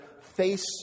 face